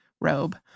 robe